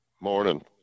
Morning